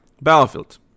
Battlefield